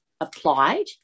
applied